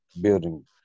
building